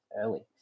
early